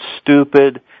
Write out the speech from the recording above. stupid